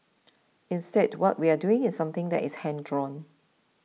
instead what we are doing is something that is hand drawn